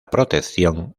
protección